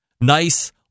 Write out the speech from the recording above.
nice